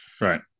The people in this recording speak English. Right